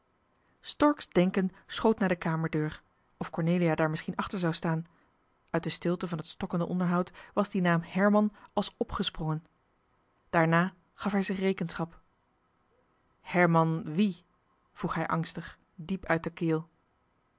stork's denken schoot naar de kamerdeur of cornelia daar misschien achter zou staan uit de stilte van het stokkende onderhoud was die naam herman als opgesprongen daarna gaf hij zich rekenschap herman wie vroeg hij angstig diep uit de keel